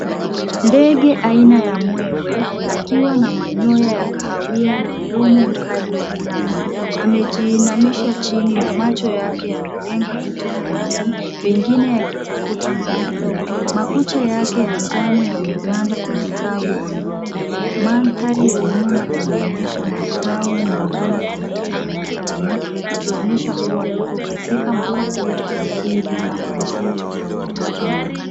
Ndege aina ya Mwewe akiwa na manyoya ya kahawia na ndomo mkali wa njano amejiinamisha chini na macho yake yanalenga kitu flani, pengine akitafuta mawindo. Makucha yake ya njano yameganda kwenye tawi la mti. Mandhari ya nyuma inaonyesha matawi mengine ya miti na majani ikionyesha kuwa yuko katika mazingira asili kama msitu ama bustani.